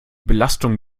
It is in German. belastung